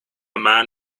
man